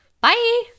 Bye